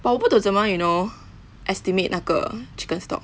but 我不懂怎么 you know estimate 那个 chicken stock